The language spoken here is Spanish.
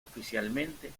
oficialmente